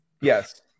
Yes